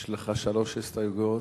יש לך שלוש הסתייגויות.